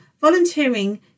volunteering